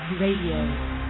Radio